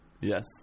Yes